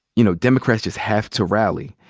you know, democrats just have to rally.